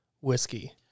whiskey